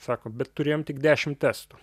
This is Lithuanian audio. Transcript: sako bet turėjom tik dešim testų